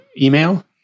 email